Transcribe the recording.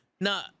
Now